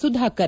Sudhakar